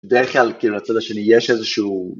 דרך כלל, כאילו, לצד השני יש איזשהו...